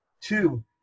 two